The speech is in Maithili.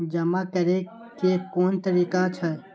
जमा करै के कोन तरीका छै?